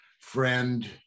friend